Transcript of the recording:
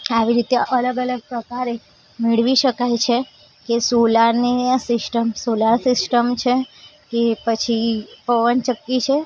આવી રીતે અલગ અલગ પ્રકારે મેળવી શકાય છે કે સોલારની આ સિસ્ટમ સોલાર સિસ્ટમ છે કે પછી પવનચક્કી છે